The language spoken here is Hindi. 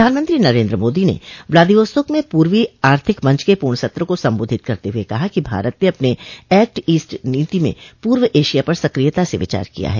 प्रधानमंत्री नरेन्द्र मोदी ने व्लादिवोस्तोक में पूर्वी आर्थिक मंच के पूर्ण सत्र को संबोधित करते हुए कहा कि भारत ने अपनी एक्ट ईस्ट नीति में पूर्व एशिया पर सक्रियता से विचार किया है